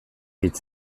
hitz